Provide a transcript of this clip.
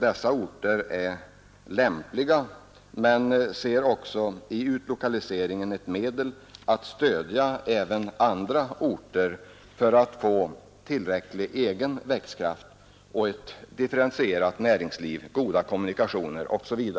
dessa orter i och för sig är lämpliga men ser också i utlokaliseringen ett medel att stödja även andra orter så att de skall få tillräcklig egen växtkraft och ett differentierat näringsliv, goda kommunikationer osv.